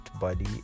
buddy